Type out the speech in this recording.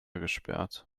gesperrt